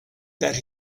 that